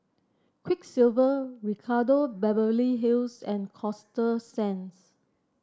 Quiksilver Ricardo Beverly Hills and Coasta Sands